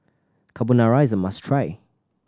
carbonara is a must try